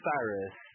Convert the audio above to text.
Cyrus